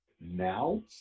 now